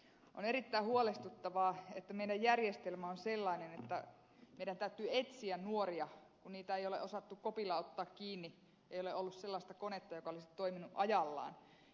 on erittäin huolestuttavaa että meidän järjestelmämme on sellainen että meidän täytyy etsiä nuoria kun niitä ei ole osattu kopilla ottaa kiinni ei ole ollut sellaista konetta joka olisi toiminut ajallaan